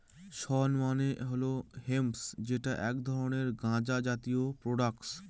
শণ মানে হল হেম্প যেটা এক ধরনের গাঁজা জাতীয় প্রোডাক্ট